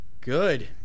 Good